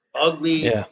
ugly